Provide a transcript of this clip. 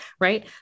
right